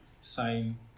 sign